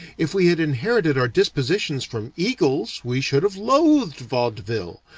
if we had inherited our dispositions from eagles we should have loathed vaudeville.